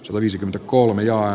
l viisikymmentäkolme ja